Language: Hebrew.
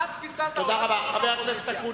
מה תפיסת העולם של האופוזיציה.